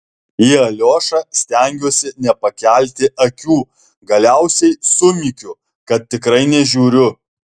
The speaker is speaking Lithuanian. į aliošą stengiuosi nepakelti akių galiausiai sumykiu kad tikrai nežiūriu